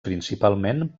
principalment